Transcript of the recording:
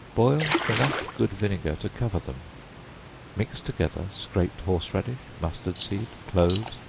boil enough good vinegar to cover them mix together scraped horse-radish, mustard seed, cloves,